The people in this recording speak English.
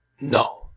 no